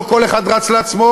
לא כל אחד רץ לעצמו.